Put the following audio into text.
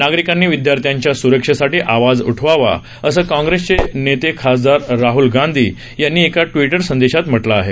नागरिकांनी विदयार्थ्याच्या सुरक्षेसाठी आवाज उठवावा असं काँग्रेसचे नेते खासदार राहल गांधी यांनी एका टविट संदेशात म्हटलं आहे